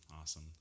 Awesome